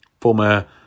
former